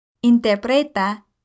Interpreta